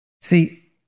See